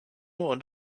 und